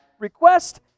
request